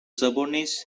subordinates